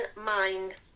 mind